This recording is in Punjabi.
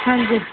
ਹਾਂਜੀ